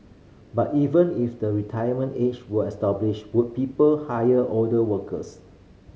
but even if the retirement age were abolished would people hire older workers